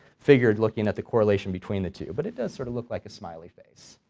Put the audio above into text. figured looking at the correlation between the two, but it does sort of look like a smiley face.